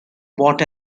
bought